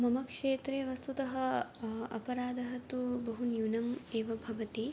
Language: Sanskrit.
मम क्षेत्रे वस्तुतः अपराधः तु बहुन्यूनम् एव भवति